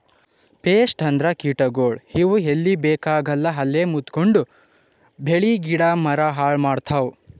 pest ಅಂದ್ರ ಕೀಟಗೋಳ್, ಇವ್ ಎಲ್ಲಿ ಬೇಕಾಗಲ್ಲ ಅಲ್ಲೇ ಮೆತ್ಕೊಂಡು ಬೆಳಿ ಗಿಡ ಮರ ಹಾಳ್ ಮಾಡ್ತಾವ್